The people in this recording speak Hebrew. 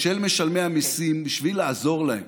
של משלמי המיסים בשביל לעזור להם